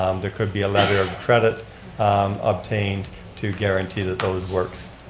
um there could be a letter of credit obtained to guarantee that those works